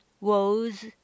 woes